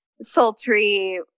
sultry